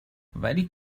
ولی